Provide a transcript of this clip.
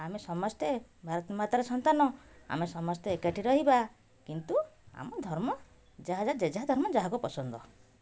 ଆମେ ସମସ୍ତେ ଭାରତ ମାତାର ସନ୍ତାନ ଆମେ ସମସ୍ତେ ଏକାଠି ରହିବା କିନ୍ତୁ ଆମ ଧର୍ମ ଯାହା ଯେ ଯେଝା ଧର୍ମ ଯାହାକୁ ପସନ୍ଦ